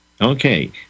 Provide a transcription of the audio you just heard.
Okay